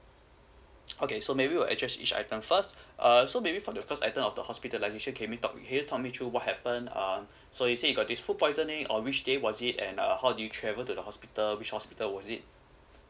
okay so maybe we'll address each item first uh so maybe for the first item of the hospitalization came in top of you head talk me through what happen um so you say you got this food poisoning or which day was it and uh how do you travel to the hospital which hospital was it